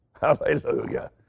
hallelujah